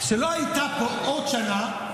-- שלא הייתה פה עוד שנה.